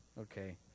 okay